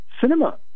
cinema